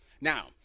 Now